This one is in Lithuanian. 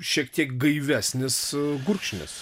šiek tiek gaivesnis gurkšnis